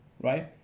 right